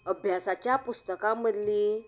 अभ्यासाच्या पुस्तकां मदलीं